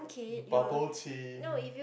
bubble tea